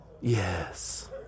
Yes